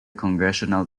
congressional